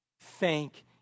Thank